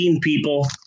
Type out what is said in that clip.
people